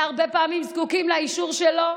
והרבה פעמים זקוקים לאישור שלו.